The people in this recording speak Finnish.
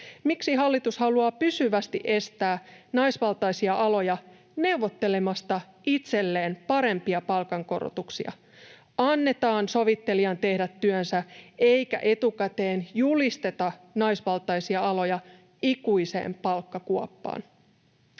Miksi hallitus haluaa pysyvästi estää naisvaltaisia aloja neuvottelemasta itselleen parempia palkankorotuksia? Annetaan sovittelijan tehdä työnsä, eikä etukäteen julisteta naisvaltaisia aloja ikuiseen palkkakuoppaan.